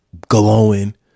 glowing